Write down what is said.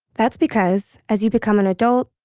that's because, as you become an adult,